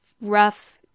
rough